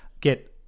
get